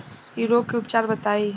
इ रोग के उपचार बताई?